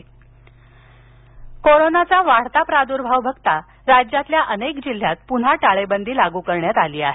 रमण गंगाखेडकर कोरोनाचा वाढता प्रादुर्भाव बघता राज्यातल्या अनेक जिल्ह्यात पुन्हा टाळेबंदी लागू करण्यात आली आहे